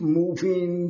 moving